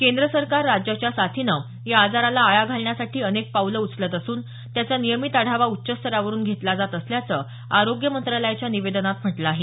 केंद्र सरकार राज्याच्या साथीनं या आजाराला आळा घालण्यासाठी अनेक पावलं उचलत असून त्याचा नियमित आढावा उच्च स्तरावरुन घेतला जात असल्याचं आरोग्य मंत्रालयाच्या निवेदनात म्हटलं आहे